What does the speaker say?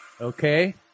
Okay